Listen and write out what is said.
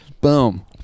boom